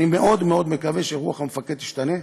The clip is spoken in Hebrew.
אני מאוד מאוד מקווה שרוח המפקד תשתנה,